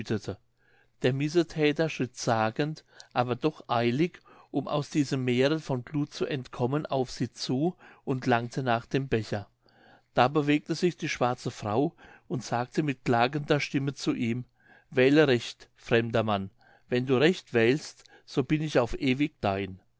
der missethäter schritt zagend aber doch eilig um aus diesem meere von gluth zu entkommen auf sie zu und langte nach dem becher da bewegte sich die schwarze frau und sagte mit klagender stimme zu ihm wähle recht fremder mann wenn du recht wählst so bin ich auf ewig dein